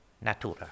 natura